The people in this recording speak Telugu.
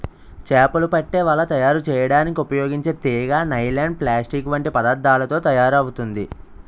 చేపలు పట్టే వల తయారు చేయడానికి ఉపయోగించే తీగ నైలాన్, ప్లాస్టిక్ వంటి పదార్థాలతో తయారవుతుంది